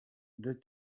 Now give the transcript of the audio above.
the